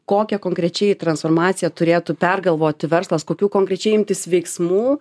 kokią konkrečiai transformaciją turėtų pergalvoti verslas kokių konkrečiai imtis veiksmų